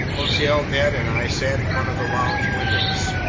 conseil, ned, and i sat in front of the lounge windows.